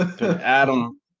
Adam